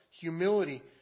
humility